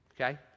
okay